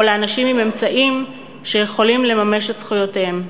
או לאנשים עם אמצעים שיכולים לממש את זכויותיהם.